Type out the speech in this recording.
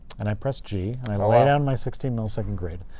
and i press g, and i lay down my sixteen millisecond grid.